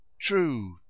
true